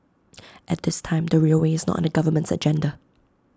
at this time the railway is not on the government's agenda